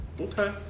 Okay